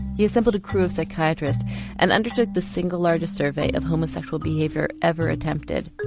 he assembled a crew of psychiatrists and undertook the single largest survey of homosexual behaviour ever attempted.